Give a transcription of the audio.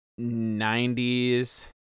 90s